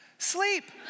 sleep